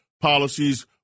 policies